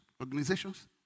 organizations